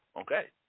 okay